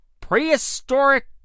prehistoric